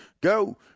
go